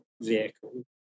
vehicle